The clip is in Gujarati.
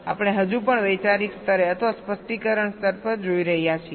આપણે હજુ પણ વૈચારિક સ્તરે અથવા સ્પષ્ટીકરણ સ્તર પર જોઈ રહ્યા છીએ